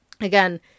again